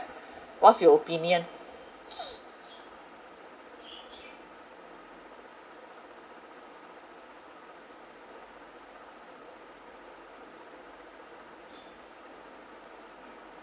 what's your opinion